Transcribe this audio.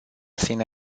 sine